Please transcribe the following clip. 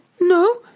No